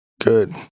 Good